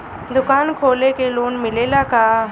दुकान खोले के लोन मिलेला का?